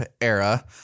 era